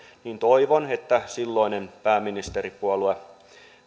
niin toivon että silloinen pääministeripuolue